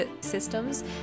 systems